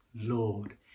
Lord